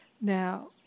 Now